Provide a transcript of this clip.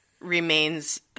remains